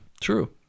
True